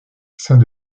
saint